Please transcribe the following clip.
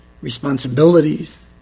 responsibilities